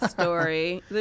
story